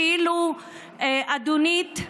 כאילו אדונית,